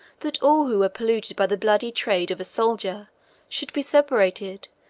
that all who were polluted by the bloody trade of a soldier should be separated,